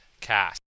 cast